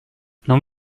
non